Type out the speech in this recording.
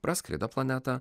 praskrido planetą